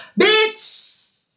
bitch